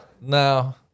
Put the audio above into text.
No